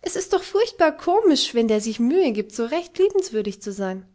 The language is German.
es ist doch furchtbar komisch wenn der sich mühe gibt so recht liebenswürdig zu sein